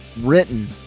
written